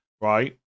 right